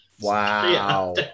Wow